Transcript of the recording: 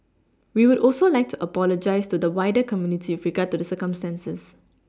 we would also like to apologise to the wider community with regard to the circumstances